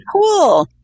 cool